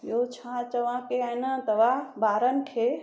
ॿियो छा चवां पई की आहे न तव्हां ॿारनि खे